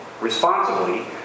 responsibly